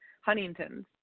Huntington's